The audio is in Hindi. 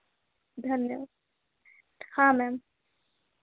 धन्यवाद हाँ मैम